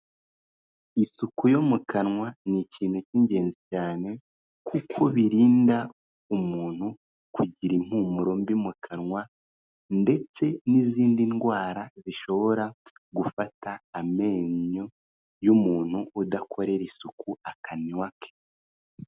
Isuku yo mu kanwa ni ikintu cy'ingenzi cyane kuko birinda umuntu kugira impumuro mbi mu kanwa ndetse n'izindi ndwara zishobora gufata amenyo y'umuntu udakorera isuku akanwa ke.